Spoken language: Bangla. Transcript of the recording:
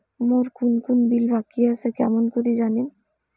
মোর কুন কুন বিল বাকি আসে কেমন করি জানিম?